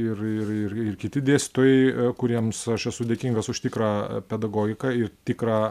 ir ir ir ir kiti dėstytojai kuriems aš esu dėkingas už tikrą pedagogiką ir tikrą